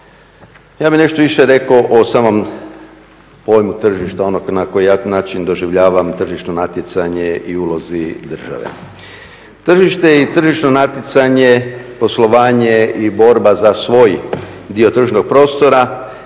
Ja bih nešto više rekao o samom pojmu tržišta onog na koji ja način doživljavam tržišno natjecanje i ulozi države. Tržište i tržišno natjecanje, poslovanje i borba za svoj dio tržišnog prostora